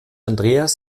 andreas